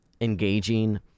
engaging